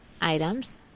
items